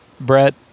Brett